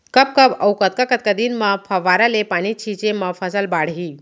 कब कब अऊ कतका कतका दिन म फव्वारा ले पानी छिंचे म फसल बाड़ही?